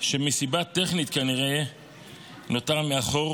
שמסיבה טכנית כנראה נותר מאחור,